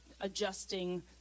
adjusting